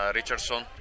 Richardson